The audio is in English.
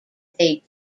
they